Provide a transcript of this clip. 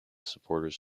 supporters